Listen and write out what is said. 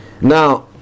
Now